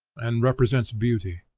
and represents beauty.